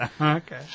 okay